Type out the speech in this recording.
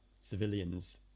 civilians